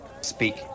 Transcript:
speak